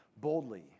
boldly